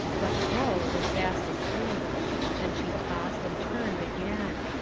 but flo was fast asleep then she tossed and turned, again.